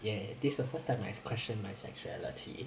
ya this the first time I question my sexuality